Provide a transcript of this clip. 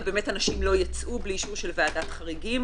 ובאמת אנשים לא יצאו בלי אישור של ועדת חריגים.